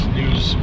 news